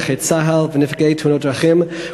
נכי צה"ל ונפגעי תאונות דרכים,